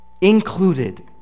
included